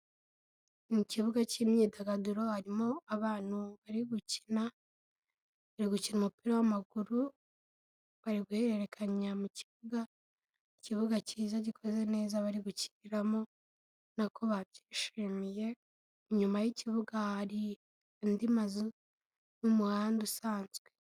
Mu kibuga cy'imyidagaduro harimo abantu bari gukina, bari gukina umupira w'amaguru, bari guhererekanya mu kibuga, ikibuga cyiza gikoze neza bari gukiniramo, ubona nako babyishimiye, inyuma y'ikibuga hari andi mazu, n'umuhanda usanzwe.